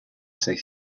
sig